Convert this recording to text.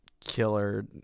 killer